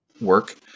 work